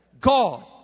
God